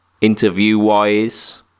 interview-wise